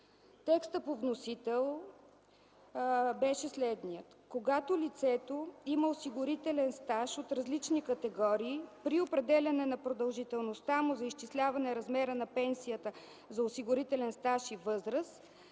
Текстът по вносител беше следният: „Когато лицето има осигурителен стаж от различни категории, при определяне на продължителността му за изчисляване размера на пенсията за осигурителен стаж и възраст,